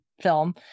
film